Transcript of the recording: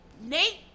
Nate